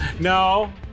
no